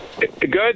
Good